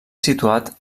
situat